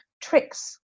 tricks